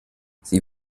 sie